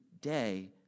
day